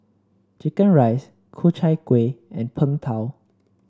chicken rice Ku Chai Kuih and Png Tao